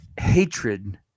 hatred